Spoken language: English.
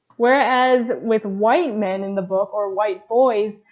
whereas with white men in the book, or white boys,